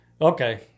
okay